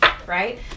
right